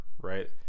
right